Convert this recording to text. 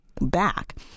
Back